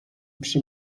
przy